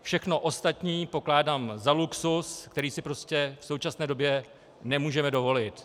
Všechno ostatní pokládám za luxus, který si prostě v současné době nemůžeme dovolit.